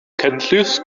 cenllysg